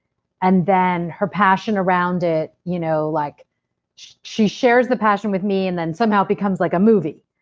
and then her passion around it, you know like she shares the passion with me, and then somehow it becomes like, a movie.